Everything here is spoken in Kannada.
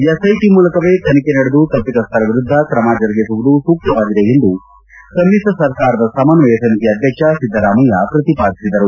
ಎಸ್ ಐಟಿ ಮೂಲಕವೇ ತನಿಖೆ ನಡೆದು ತಪಿತಸ್ಥರ ವಿರುದ್ದ ತ್ರಮ ಜರುಗಿಸುವುದು ಸೂಕ್ತವಾಗಿದೆ ಎಂದು ಸಮಿತ್ರ ಸರ್ಕಾರದ ಸಮನ್ವಯ ಸಮಿತಿ ಅಧ್ಯಕ್ಷ ಸಿದ್ದರಾಮಯ್ಯ ಪ್ರತಿಪಾದಿಸಿದರು